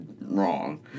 wrong